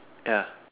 ya